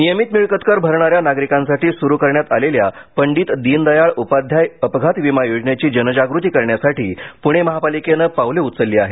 नियमीत मिळकतकर भरणाऱ्या नागरिकांसाठी सुरू करण्यात आलेल्या पंडीत दिनदयाळ उपाध्याय अपघात विमा योजनेची जनजागृती करण्यासाठी पुणे महापालिकेने पावले उचलली आहेत